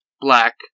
black